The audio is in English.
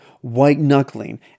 white-knuckling